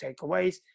takeaways